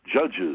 Judges